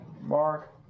mark